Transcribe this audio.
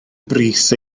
brys